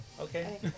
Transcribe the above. okay